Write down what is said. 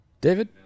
David